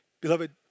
Beloved